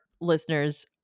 listeners